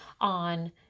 on